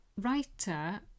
writer